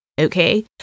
okay